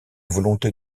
volonté